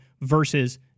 versus